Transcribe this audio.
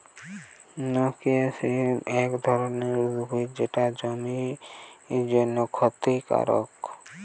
noxious weed এক ধরণের উদ্ভিদ যেটা জমির জন্যে ক্ষতিকারক